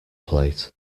plate